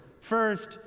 First